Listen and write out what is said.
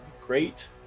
great